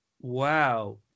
wow